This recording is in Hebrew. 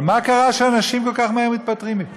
אבל מה קרה שאנשים כל כך מהר מתפטרים מפה?